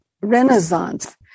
Renaissance